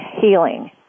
healing